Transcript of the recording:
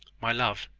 my love,